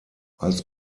als